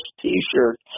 t-shirt